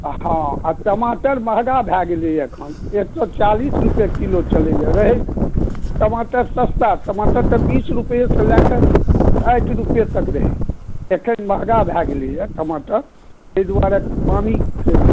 हँ आ टमाटर महगा भए गेलैए एखन एक सए चालिस रुपआ किलो चलैया एखन टमाटर सस्ता टमाटर तऽ बीस रूपआ सँ लए कऽ साठि रुपआ तक रहै एखन महगा भए गेलैए टमाटर ताहि दुआरे कि पानिके